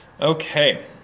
Okay